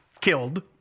killed